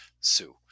sue